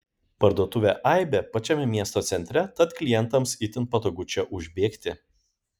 parduotuvė aibė pačiame miesto centre tad klientams itin patogu čia užbėgti